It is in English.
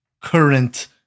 current